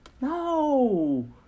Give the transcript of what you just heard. No